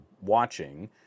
watching